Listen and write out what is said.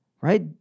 right